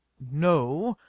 no.